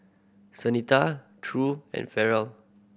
Santina True and Ferrell